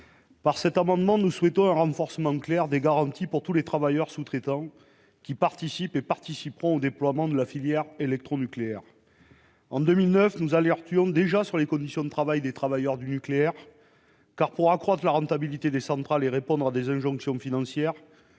Par cet amendement, nous souhaitons un renforcement clair des garanties pour tous les travailleurs sous-traitants qui participent et participeront au déploiement de la filière électronucléaire. En 2009, nous alertions déjà sur les conditions de travail des travailleurs du nucléaire. Pour accroître la rentabilité des centrales et répondre à des injonctions financières